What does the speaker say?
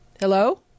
Hello